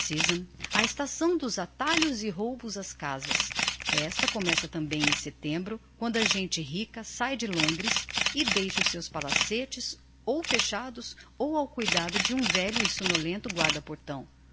a estação dos assaltos e roubos ás casas esta começa tambem em setembro quando a gente rica sai de londres e deixa os seus palacetes ou fechados ou ao cuidado de um velho e somnolento guarda portão